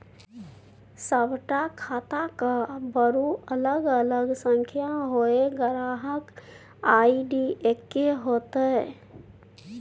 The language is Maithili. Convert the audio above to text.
सभटा खाताक बरू अलग अलग संख्या होए ग्राहक आई.डी एक्के हेतै